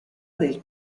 del